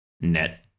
net